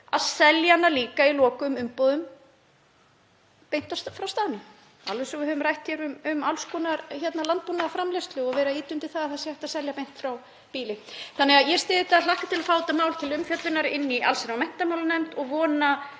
að selja hana líka í lokuðum umbúðum beint frá staðnum, alveg eins og við höfum rætt hér um alls konar landbúnaðarframleiðslu og verið að ýta undir að hægt sé að selja beint frá býli. Þannig að ég styð þetta og hlakka til að fá þetta mál til umfjöllunar í allsherjar- og menntamálanefnd og vona